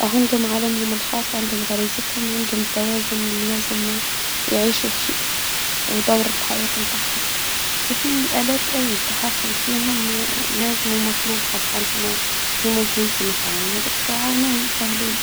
عندهم عالمهم الخاص عندهم غريزتهم عندهم التوازن اللي لازم يعيشوا فيه ودورة الحياة بتاعهم في حين الالات اي تحكم فيها لازم ومطلوب خاصة في انه في محيطي مثلا يعاونوني يسهلوا لي.